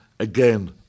Again